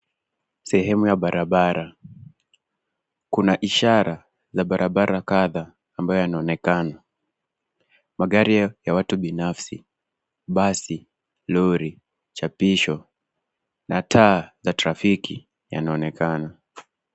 Sehemu ya barabara. Kuna ishara za barabara kadha ambayo yanaonekana. Magari ya watu binafsi, basi, lori, chapisho, na taa za trafiki yanaonekana.